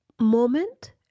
moment